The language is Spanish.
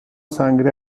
sangre